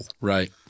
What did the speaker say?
right